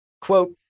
Quote